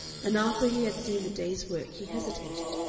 and after he had seen the day's work he hesitated,